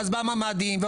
ואז באו הממ"דים,